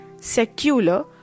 secular